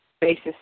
basis